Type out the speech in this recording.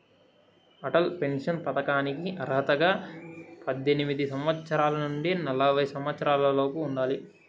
Atal pension పథకానికి అర్హతగా పద్దెనిమిది సంవత్సరాల నుండి నలభై సంవత్సరాలలోపు ఉండాలి